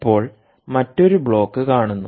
ഇപ്പോൾ മറ്റൊരു ബ്ലോക്ക് കാണുന്നു